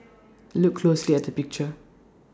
look closely at the picture